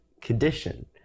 condition